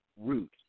root